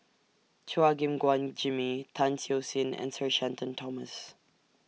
Chua Gim Guan Jimmy Tan Siew Sin and Sir Shenton Thomas